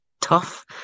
tough